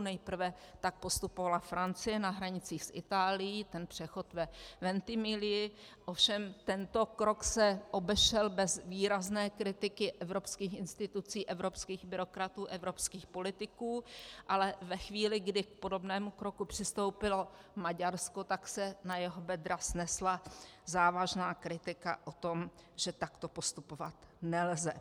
Nejprve tak postupovala Francie na hranicích s Itálií, ten přechod ve Ventimiglii, ovšem tento krok se obešel bez výrazné kritiky evropských institucí, evropských byrokratů, evropských politiků, ale ve chvíli, kdy k podobnému kroku přistoupilo Maďarsko, tak se na jeho bedra snesla závažná kritika o tom, že takto postupovat nelze.